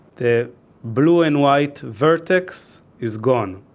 the blue and white vertex is gone.